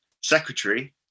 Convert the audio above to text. secretary